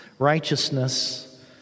righteousness